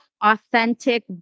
authentic